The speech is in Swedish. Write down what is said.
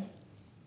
Detta